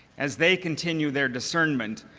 as they continue their discernment,